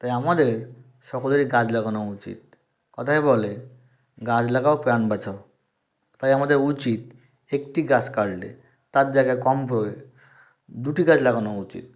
তাই আমাদের সকলেরই গাছ লাগানো উচিত কথায় বলে গাছ লাগাও প্রাণ বাঁচাও তাই আমাদের উচিত একটি গাছ কাটলে তার জায়গায় কম করে দুটি গাছ লাগানো উচিত